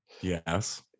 Yes